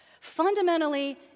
fundamentally